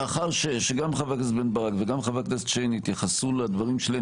מאחר שגם חבר הכנסת בן ברק וגם חבר הכנסת שיין התייחסו לדברים שלי,